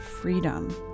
freedom